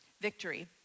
victory